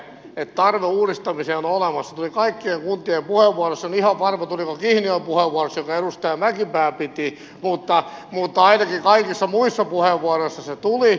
se tuli kaikkien kuntien puheenvuoroissa en ole ihan varma tuliko kihniön puheenvuorossa jonka edustaja mäkipää piti mutta ainakin kaikissa muissa puheenvuoroissa se tuli